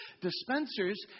Dispensers